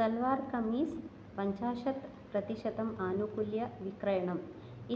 सेल्वार्कमीस् पञ्चाशत् प्रतिशतम् आनुकुल्य विक्रयणम्